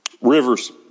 rivers